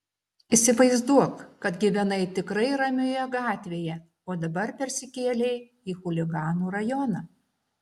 įsivaizduok kad gyvenai tikrai ramioje gatvėje o dabar persikėlei į chuliganų rajoną